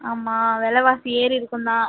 ஆமாம் விலவாசி ஏறி இருக்கும் தான்